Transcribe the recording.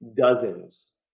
Dozens